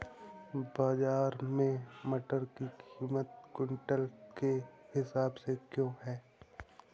बाजार में मटर की कीमत क्विंटल के हिसाब से क्यो है?